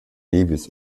nevis